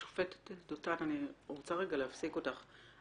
השופטת דותן אני רוצה רגע להפסיק אותן.